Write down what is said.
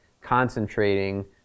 concentrating